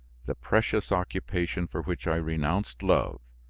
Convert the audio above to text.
the precious occupation for which i renounced love,